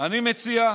אני מציע,